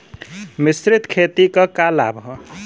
मिश्रित खेती क का लाभ ह?